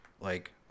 Like-